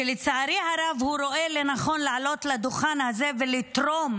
שלצערי הרב הוא רואה לנכון לעלות לדוכן הזה ולתרום